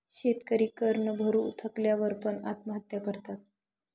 शेतकरी कर न भरू शकल्या वर पण, आत्महत्या करतात